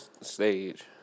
stage